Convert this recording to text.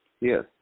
Yes